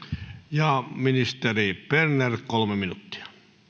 ja ministeri berner kolme minuuttia